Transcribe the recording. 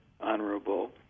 honorable